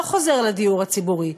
לא חוזר לדיור הציבורי,